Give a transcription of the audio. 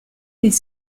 des